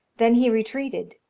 than he retreated,